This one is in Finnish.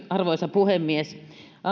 arvoisa puhemies